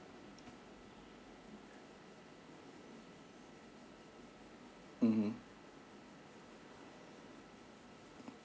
mmhmm